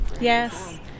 Yes